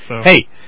Hey